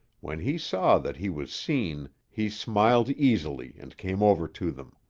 when he saw that he was seen he smiled easily and came over to them.